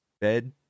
Bed